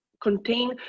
Contain